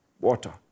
water